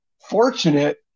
fortunate